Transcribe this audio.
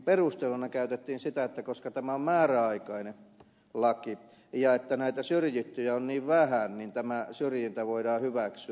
perusteluna käytettiin sitä että koska tämä on määräaikainen laki ja näitä syrjittyjä on niin vähän niin tämä syrjintä voidaan hyväksyä